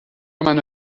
منو